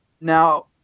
Now